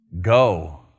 go